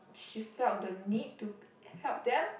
she felt the need to help them